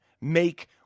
make